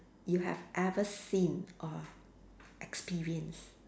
you have ever seen or experienced